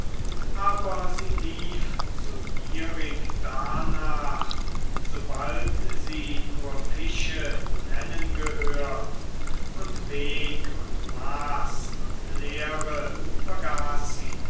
aber sie lief so gierig darnach sobald sie nur fische nennen gehört und weg und maß und lehre vergaß